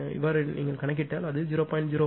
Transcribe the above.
எனவே நீங்கள் கணக்கிட்டால் அது 0